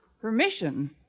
Permission